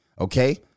Okay